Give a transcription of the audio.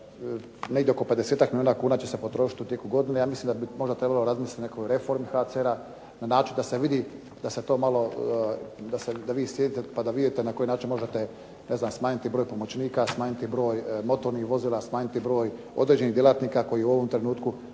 negdje oko 50-tak milijuna kuna će se potrošit u tijeku godine. Ja mislim da bi možda trebalo razmislit o nekoj reformi HCR-a na način da se vidi da se to malo, da vi sjednete pa da vidite na koji način možete smanjiti broj pomoćnika, smanjiti broj motornih vozila, smanjiti broj određenih djelatnika koji u ovom trenutku